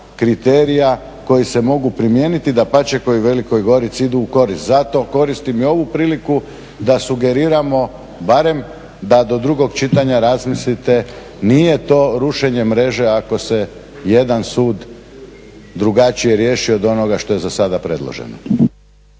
kriterija koji se mogu primijeniti. Dapače, koji Velikoj Gorici idu u korist. Zato koristim i ovu priliku da sugeriramo barem da do drugog čitanja razmislite nije to rušenje mreže ako se jedan sud drugačije riješi od onoga što je za sada predloženo.